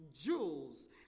jewels